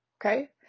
okay